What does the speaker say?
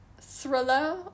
thriller